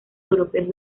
europeos